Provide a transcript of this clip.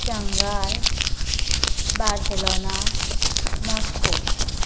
Shanghai Barcelona Moscow